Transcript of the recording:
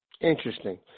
Interesting